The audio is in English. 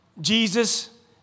Jesus